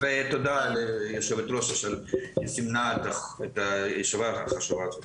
תודה ליושבת ראש שזימנה את הישיבה החשובה הזאת.